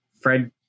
Fred